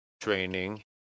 training